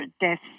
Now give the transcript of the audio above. deaths